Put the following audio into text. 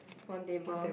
one table